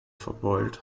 verbeult